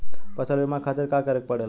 फसल बीमा खातिर का करे के पड़ेला?